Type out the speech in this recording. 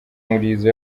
murizo